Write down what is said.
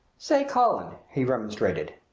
say, cullen, he remonstrated,